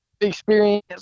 experience